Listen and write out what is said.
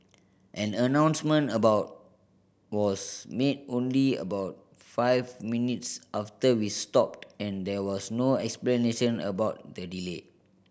an announcement about was made only about five minutes after we stopped and there was no explanation about the delay